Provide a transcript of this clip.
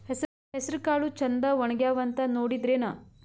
ಹೆಸರಕಾಳು ಛಂದ ಒಣಗ್ಯಾವಂತ ನೋಡಿದ್ರೆನ?